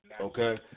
Okay